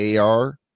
ar